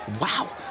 wow